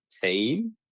team